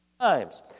times